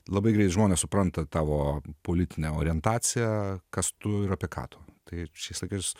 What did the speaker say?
labai greit žmonės supranta tavo politinę orientaciją kas tu ir apie ką tu tai šiais laikai